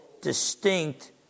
distinct